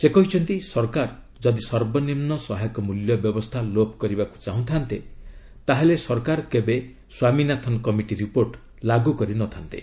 ସେ କହିଛନ୍ତି ସରକାର ଯଦି ସର୍ବନିମୁ ସହାୟକ ମୂଲ୍ୟ ବ୍ୟବସ୍ଥା ଲୋପ କରିବାକୁ ଚାହୁଁଥା'ନ୍ତେ ତାହେଲେ ସରକାର କେବେ ସ୍ୱାମୀନାଥନ୍ କମିଟି ରିପୋର୍ଟ ଲାଗୁ କରି ନ ଥା'ନ୍ତେ